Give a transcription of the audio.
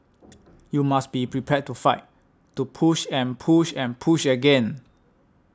you must be prepared to fight to push and push and push again